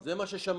זה מה ששמענו.